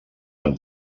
amb